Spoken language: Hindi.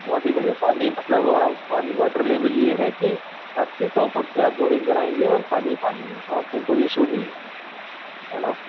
बहुत ही बढ़िया पानी मतलब पानी वाॅटर लेबिल ये है कि अस्सी सौ फुट पर आप बोरिंग कराएंगी और पानी ही पानी है तो आपको कोई इशू नहीं है है ना